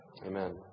Amen